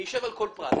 אני אשב על כל פרט.